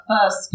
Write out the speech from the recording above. first